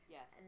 Yes